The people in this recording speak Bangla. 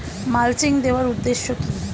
মালচিং দেওয়ার উদ্দেশ্য কি?